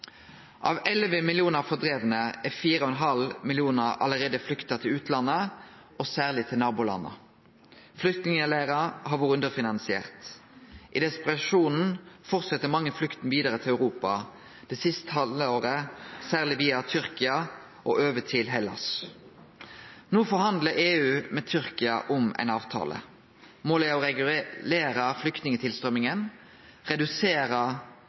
Av 11 millionar fordrivne har 4,5 millionar allereie flykta til utlandet, særleg til nabolanda. Flyktningleirar har vore underfinansierte. I desperasjonen fortset mange flukta vidare til Europa, det siste halve året særleg via Tyrkia og over til Hellas. No forhandlar EU med Tyrkia om ein avtale. Målet er å regulere flyktningtilstrøyminga, redusere